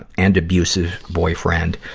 ah and abusive boyfriend.